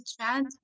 trend